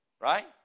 Right